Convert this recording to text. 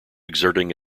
exerting